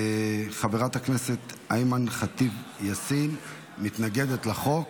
חברת הכנסת אימאן ח'טיב יאסין מתנגדת לחוק.